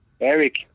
Eric